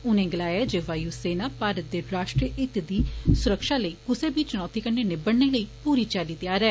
उनें गलाया जे वायू सेना भारत दे राष्ट्रीय हित्त दी सुरक्षा लेई कुसै बी चुनौती कन्नै निबड़ने लेई पूरी चाल्ली तैयार ऐ